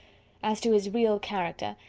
as to his real character,